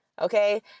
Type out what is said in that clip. Okay